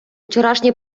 вчорашній